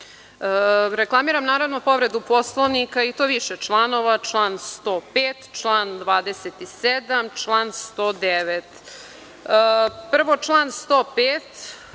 reč. Reklamiram povredu Poslovnika i to više članova - član 105, član 27, član 109.Prvo, član 105